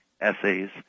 essays